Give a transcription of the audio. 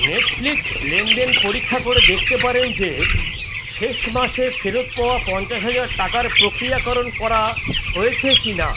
Netflix লেনদেন পরীক্ষা করে দেখতে পারেন যে শেষ মাসে ফেরত পাওয়া পঞ্চাশ হাজার টাকার প্রক্রিয়াকরণ করা হয়েছে কিনা